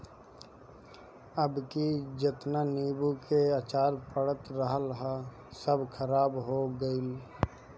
अबकी जेतना नीबू के अचार पड़ल रहल हअ सब खराब हो गइल